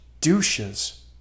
douches